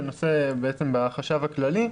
זה נושא בחשב הכללי,